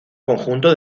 conjunto